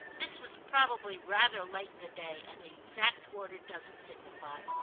this was probably rather late in the day, and the exact order doesn't signify.